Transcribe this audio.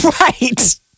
Right